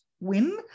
win